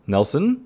Nelson